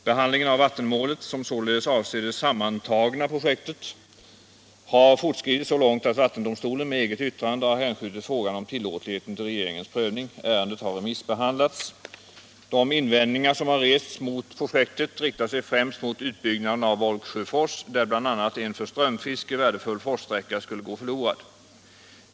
Behandlingen av vattenmålet, som således avser det sammantagna projektet, har fortskridit så långt att vattendomstolen med eget yttrande har hänskjutit frågan om tillåtligheten till regeringens prövning. Ärendet har remissbehandlats. De invändningar som rests mot projektet riktar sig främst mot utbyggnaden av Volgsjöfors, där bl.a. en för strömfiske värdefull forssträcka skulle gå förlorad.